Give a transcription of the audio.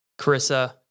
Carissa